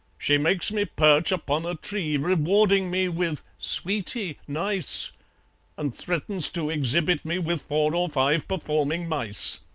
she makes me perch upon a tree, rewarding me with sweety nice and threatens to exhibit me with four or five performing mice.